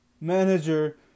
manager